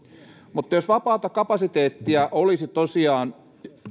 mutta jos vapaata kapasiteettia olisi tosiaan